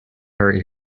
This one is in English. hurt